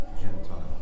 Gentile